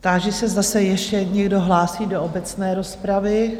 Táži se zase ještě někdo hlásí do obecné rozpravy?